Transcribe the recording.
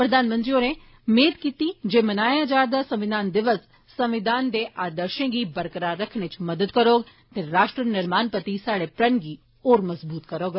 प्रधानमंत्री होरें मेद कीती जे मनाये जा रदा संविधान दिवस संविधान दे आदर्षे गी बरकरार रखने इच मदाद करौग ते राश्ट्र निर्माण प्रति साढ़े प्रण गी मजबूत करौग